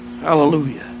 Hallelujah